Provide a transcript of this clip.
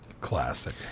Classic